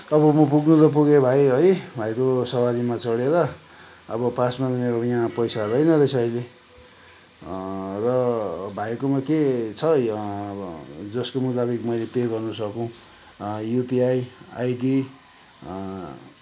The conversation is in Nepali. अब म पुग्नु त पुगेँ भाइ है भाइको सवारीमा चढेर अब पासमा मेरो यहाँ पैसा रहेनरहेछ अहिले र भाइकोमा के छ जसको मुताबिक मैले पे गर्न सकूँ युपिआई आइडी